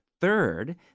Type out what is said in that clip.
Third